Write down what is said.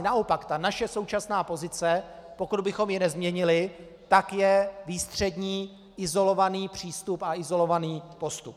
Naopak, ta naše současná pozice, pokud bychom ji nezměnili, je výstřední, izolovaný přístup a izolovaný postup.